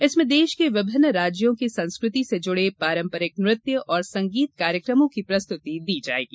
जिसमें देश के विभिन्न राज्यों की संस्कृति से जुड़े पारंपरिक नृत्य और संगीत कार्यक्रमों की प्रस्तुति दी जायेगी